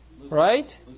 Right